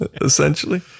Essentially